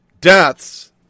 deaths